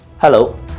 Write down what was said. Hello